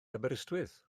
aberystwyth